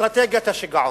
אסטרטגיית השיגעון.